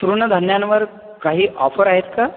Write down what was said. तृणधान्यांवर काही ऑफर आहेत का